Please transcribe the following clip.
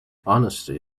honesty